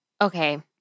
Okay